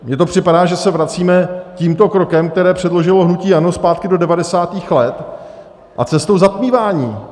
Mně to připadá, že se vracíme tímto krokem, který předložilo hnutí ANO, zpátky do devadesátých let a cestou zatmívání.